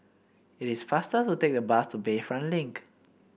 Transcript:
it is faster to take the bus to Bayfront Link